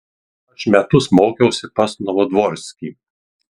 aš metus mokiausi pas novodvorskį